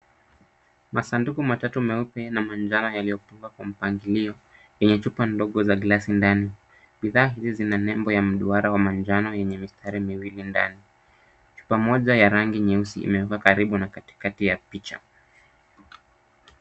Masanduku matatu meupe na manjano yaliyofungwa kwa mpangilio, yenye chupa ndogo za glasi ndani. Bidhaa hizi zina nembo ya mduara wa manjano yenye mistari miwili ndani. Chupa moja ya rangi nyeusi, imewekwa karibu na katikati ya picha.